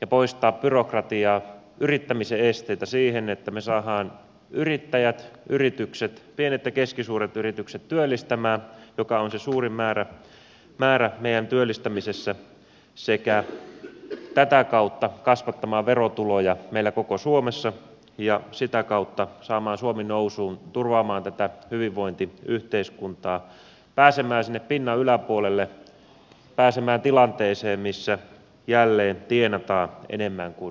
ja poistaa byrokratiaa yrittämisen esteitä että me saamme työllistämään yrittäjät yritykset pienet ja keskisuuret yritykset jotka ovat se suurin määrä meidän työllistämisessä sekä tätä kautta kasvattamaan verotuloja meillä koko suomessa ja sitä kautta suomen nousuun pystymme turvaamaan tätä hyvinvointiyhteiskuntaa pääsemään sinne pinnan yläpuolelle pääsemään tilanteeseen missä jälleen tienataan enemmän kuin syödään